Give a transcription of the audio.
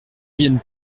vienne